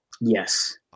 Yes